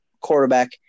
quarterback